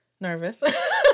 nervous